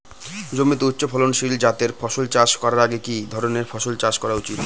জমিতে উচ্চফলনশীল জাতের ফসল চাষ করার আগে কি ধরণের ফসল চাষ করা উচিৎ?